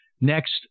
next